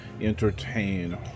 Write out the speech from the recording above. entertain